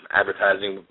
advertising